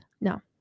No